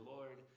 Lord